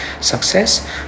success